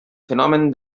fenomen